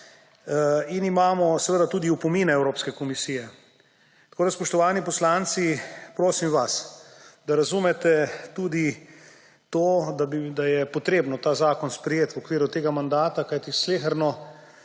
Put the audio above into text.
In imamo tudi opomine Evropske komisije. Tako da, spoštovani poslanci, prosim vas, da razumete tudi to, da je treba ta zakon sprejeti v okviru tega mandata, kajti sleherno